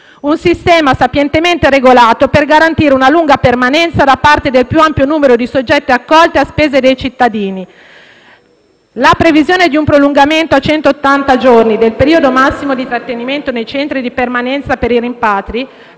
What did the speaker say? un sistema sapientemente regolato per garantire una lunga permanenza da parte del più ampio numero di soggetti, accolti a spese dei cittadini. La previsione di un prolungamento a centottanta giorni del periodo massimo di trattenimento nei centri di permanenza per i rimpatri